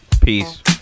Peace